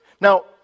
Now